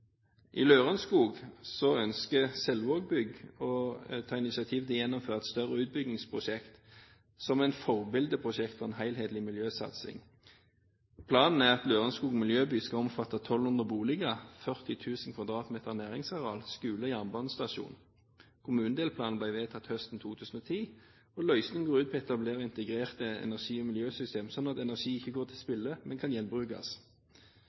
I Lørenskog ønsker Selvaagbygg å ta initiativ til å gjennomføre et større utbyggingsprosjekt som et forbildeprosjekt for en helhetlig miljøsatsing. Planen er at Lørenskog miljøby skal omfatte 1 200 boliger, 40 000 m2 næringsareal, skole og jernbanestasjon. Kommunedelplanen ble vedtatt høsten 2010, og løsningen går ut på å etablere integrerte energi- og miljøsystem, slik at energi ikke går til spille, men kan